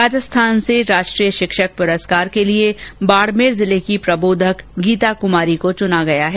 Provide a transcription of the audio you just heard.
राजस्थान से राष्ट्रीय शिक्षक पुरस्कार के लिए बाडमेर जिले की प्रबोधक गीता कमारी को चुना गया है